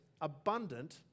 abundant